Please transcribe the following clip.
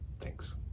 Thanks